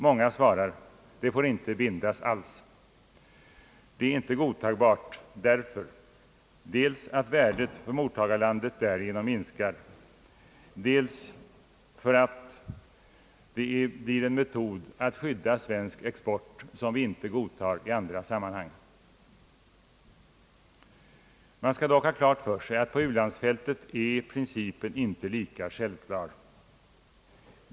Många svarar: Det får inte bindas alls, det vore inte godtagbart dels därför att biståndets värde för mottagarlandet därigenom minskar, dels därför att vi inte i andra sammanhang tillåter en sådan metod att skydda svensk export. Man skall dock ha klart för sig att på u-landsfältet är principen inte lika självklar.